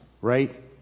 right